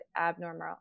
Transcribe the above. abnormal